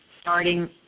starting